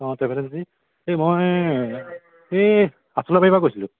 অঁ travel agency এই মই এই আচোলাবাৰীৰ পৰা কৈছিলোঁ